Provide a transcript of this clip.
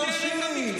נאור שירי,